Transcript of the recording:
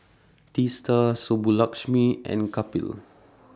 Teesta Subbulakshmi and Kapil